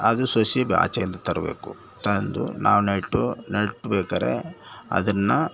ಅದು ಸಸಿ ಆಚೆಯಿಂದ ತರಬೇಕು ತಂದು ನಾವು ನೆಟ್ಟು ನೆಟ್ಟಬೇಕಾರೆ ಅದನ್ನು